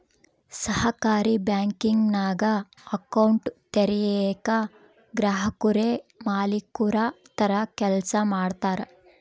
ಸಹಕಾರಿ ಬ್ಯಾಂಕಿಂಗ್ನಾಗ ಅಕೌಂಟ್ ತೆರಯೇಕ ಗ್ರಾಹಕುರೇ ಮಾಲೀಕುರ ತರ ಕೆಲ್ಸ ಮಾಡ್ತಾರ